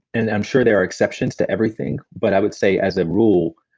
and i'm sure there are exceptions to everything, but i would say as a rule,